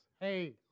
Hey